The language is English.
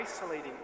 isolating